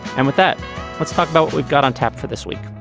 and with that let's talk about we've got on tap for this week.